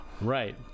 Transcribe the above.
Right